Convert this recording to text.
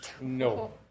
No